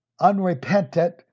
unrepentant